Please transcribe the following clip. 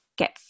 get